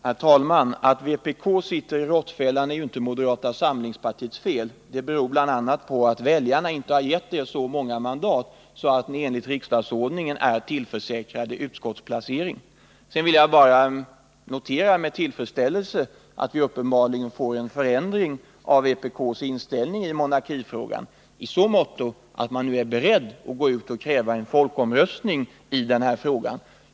Herr talman! Att vpk sitter i råttfällan är inte moderata samlingspartiets fel. Det beror bl.a. på att väljarna inte har gett er så många mandat att ni enligt riksdagsordningen är tillförsäkrade utskottsplacering. Sedan vill jag bara med tillfredsställelse notera att vi uppenbarligen får en förändring av vpk:s inställning i monarkifrågan i så måtto att man är beredd att gå ut och kräva en folkomröstning i ämnet.